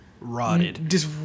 rotted